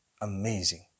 Amazing